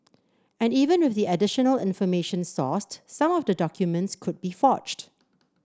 and even with the additional information sourced some of the documents could be forged